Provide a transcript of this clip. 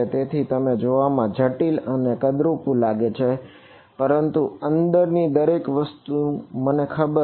તેથી તે જોવામાં જટિલ અને કદરૂપું લાગે છે પરંતુ અંદરની દરેક વસ્તુ મને ખબર છે